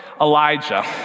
Elijah